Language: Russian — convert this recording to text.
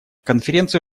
конференция